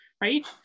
right